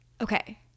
Okay